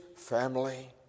Family